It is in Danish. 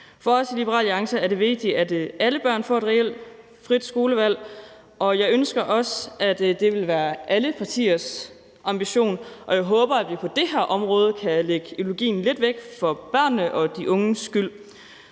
For os i Liberal Alliance er det vigtigt, at alle børn får et reelt frit skolevalg, og jeg ønsker også, at det vil være alle partiers ambition, og jeg håber, at vi på det område kan lægge ideologien lidt væk for børnene og de unges skyld.